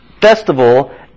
festival